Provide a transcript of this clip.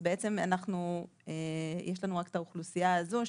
אז בעצם יש לנו רק את האוכלוסייה הזו,